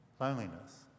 loneliness